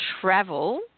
travel